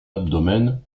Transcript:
abdomen